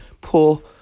Pull